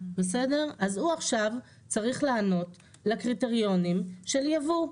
אז הוא עכשיו צריך לענות לקריטריונים של יבוא.